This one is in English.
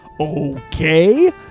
Okay